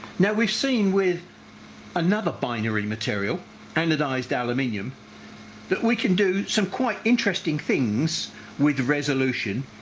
now we've seen with another binary material anodised aluminium that we can do some quite interesting things with resolution,